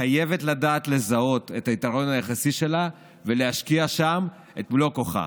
חייב לדעת לזהות את היתרון היחסי שלו ולהשקיע שם את מלוא כוחו.